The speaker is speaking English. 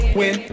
win